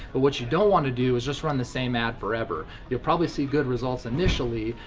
but what you don't wanna do is just run the same ad forever. you'll probably see good results initially,